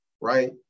right